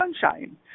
sunshine